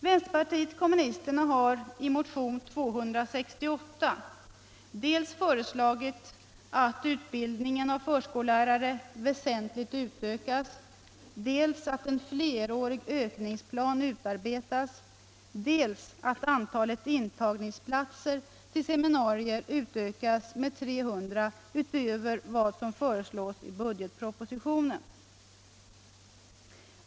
Vänsterpartiet kommunisterna har i motion nr 268 föreslagit dels att utbildningen av förskollärare väsentligt utökas, dels att en flerårig ökningsplan utarbetas, dels också att antalet intagningsplatser vid seminarium utökas med 300 utöver vad som föreslås i budgetpropositionen.